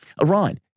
Iran